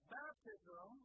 baptism